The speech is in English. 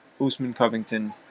Usman-Covington